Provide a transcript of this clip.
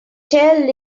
chair